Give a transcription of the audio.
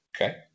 Okay